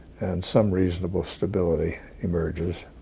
and some reasonable stability emerges.